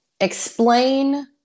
explain